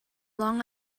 long